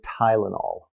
Tylenol